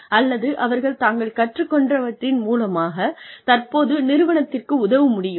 அல்லது அவர்கள் தாங்கள் கற்றுக்கொண்டவற்றின் மூலமாக தற்போது நிறுவனத்திற்கு உதவ முடியுமா